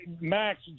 Max